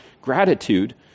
gratitude